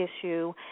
issue